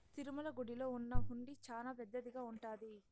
తిరుమల గుడిలో ఉన్న హుండీ చానా పెద్దదిగా ఉంటాది